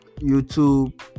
YouTube